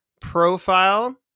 profile